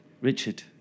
Richard